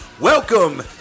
welcome